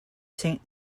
saint